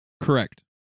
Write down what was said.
Correct